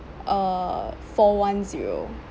uh four one zero